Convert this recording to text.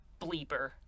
bleeper